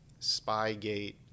Spygate